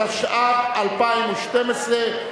התשע"ב 2012,